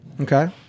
Okay